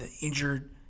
injured